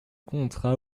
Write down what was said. contrat